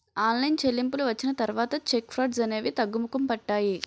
online చెల్లింపులు వచ్చిన తర్వాత చెక్ ఫ్రాడ్స్ అనేవి తగ్గుముఖం పట్టాయి